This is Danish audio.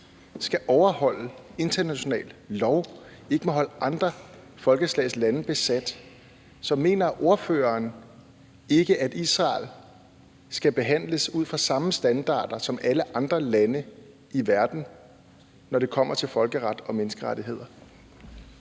skal overholde international lov og ikke må holde andre folkeslags lande besat. Så mener ordføreren ikke, at Israel skal behandles ud fra samme standarder som alle andre lande i verden, når det kommer til folkeret og menneskerettigheder?